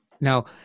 Now